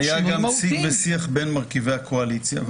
היה גם שיג ושיח בין מרכיבי הקואליציה.